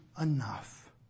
enough